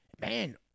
man